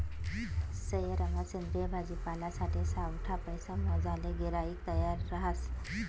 सयेरमा सेंद्रिय भाजीपालासाठे सावठा पैसा मोजाले गिराईक तयार रहास